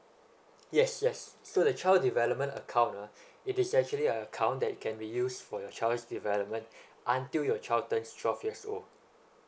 yes yes so the child development account ah it is actually an account that can be used for your child's development until your child turns twelve years old